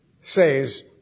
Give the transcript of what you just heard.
says